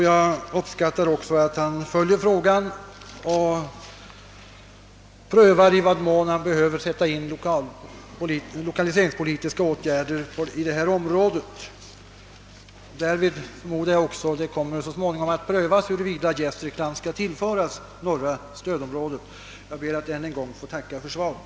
Jag uppskattar också att han följer frågan och prövar i vad mån han behöver sätta in lokaliseringspolitiska åtgärder i detta område. Därvid kommer väl så småningom också att prövas huruvida Gästrikland skall tillföras norra stödområdet. Jag ber att än en gång få tacka för svaret.